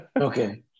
Okay